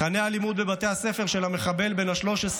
"תוכני הלימוד בבתי הספר של המחבל בן ה-13: